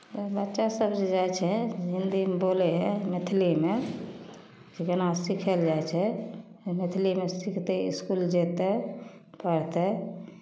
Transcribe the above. बच्चासभ जे जाइ छै हिंदीमे बोलै हइ मैथिलीमे जेना सिखय लेल जाइ छै मैथिलीमे सिखतै इसकुल जेतै पढ़तै